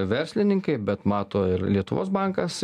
verslininkai bet mato ir lietuvos bankas